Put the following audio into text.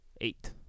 Eight